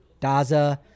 Daza